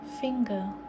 finger